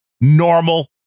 normal